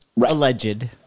Alleged